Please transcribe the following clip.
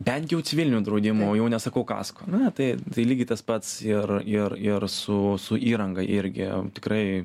bent jau civiliniu draudimu jau nesakau kasko na tai tai lygiai tas pats ir ir ir su su įranga irgi tikrai